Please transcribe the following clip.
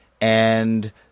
and-